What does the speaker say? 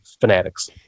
fanatics